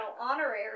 honorary